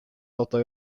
auto